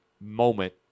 moment